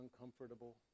uncomfortable